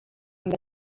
amb